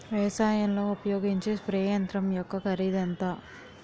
వ్యవసాయం లో ఉపయోగించే స్ప్రే యంత్రం యెక్క కరిదు ఎంత?